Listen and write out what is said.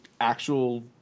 actual